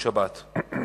רצוני לשאול: